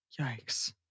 Yikes